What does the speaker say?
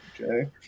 okay